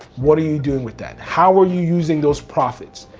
what are you doing with that? how are you using those profits?